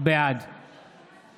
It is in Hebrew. בעד